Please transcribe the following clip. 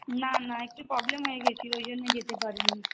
না না একটু প্রব্লেম হয়ে গিয়েছিলো ওই জন্য যেতে পারি নি